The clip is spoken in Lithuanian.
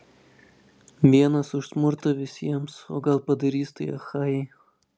vienas už smurtą visiems o gal padarys tai achajai